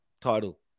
title